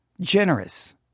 generous